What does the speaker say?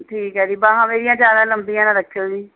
ਠੀਕ ਹੈ ਜੀ ਬਾਹਾਂ ਮੇਰੀਆਂ ਜ਼ਿਆਦਾ ਲੰਬੀਆਂ ਨਾ ਰੱਖਿਉ ਜੀ